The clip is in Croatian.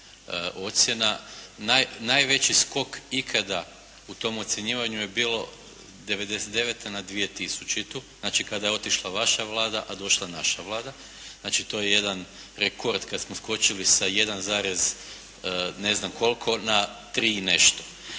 Najveći skok ikada u tom ocjenjivanju je bilo 1999. na 2000. Znači kada je otišla vaša Vlada a došla naša Vlada. Znači to je jedan rekord kad smo skočili sa 1 zarez ne znam koliko na 3 i nešto.